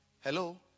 Hello